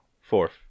Fourth